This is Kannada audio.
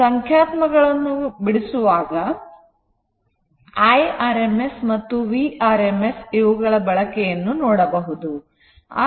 ನೀವು ಸಂಖ್ಯಾತ್ಮಕಗಳನ್ನು ಬಿಡಿಸುವಾಗ I rms ಮತ್ತು vRms ಇವುಗಳ ಬಳಕೆಯನ್ನು ನೋಡಬಹುದು